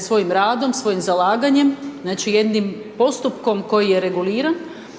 svojim radom, svojim zalaganjem, znači jednim postupkom koji je reguliran